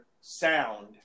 sound